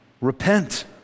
repent